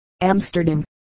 Amsterdam